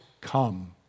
come